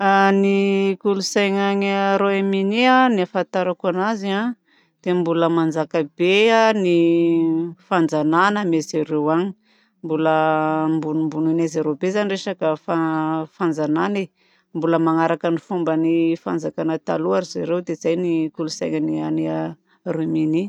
Ny kolontsaina any Royaume-Uni ny ahafantarako anazy dia mbola manjaka be ny fanjanahana any amin'i zareo any mbola ambonimbonian'i zareo be zany ny resaka fanjanahanae mbola manaraka ny fomba ny fanjakana taloha zareo. Dia zay ny kolontsaina any Royaume-Uni.